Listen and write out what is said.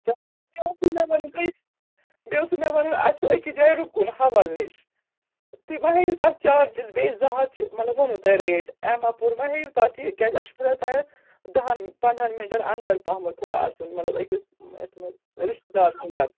تہٕ بیٚیہِ اوسوٕ مےٚ وَنُن تۄہہِ بیٚیہِ اوسوٕ مےٚ وَنُن اَسہِ چھُ أکِس جایہِ رُکُن ہَوَل نِش تُہۍ ما ہیٚیِو تَتھ چارجِز بیٚیہِ زٕ ہَتھ چھِ مطلب ووٚنوٕ تۄہہِ ریٹ اَمہِ اپور ما ہیٚیِو تَتھ یہِ کیٛازِ اَسہِ چھُ تھوڑا تَتٮ۪تھ دَہَن پَنٛداہَن مِنٹَن اَنٛدَر پَہمَتھ تھوڑا اَژُن مطلب أکِس یَتھ منٛز رِشتہٕ دار سُنٛد گرٕ